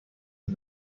que